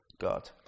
God